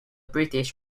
british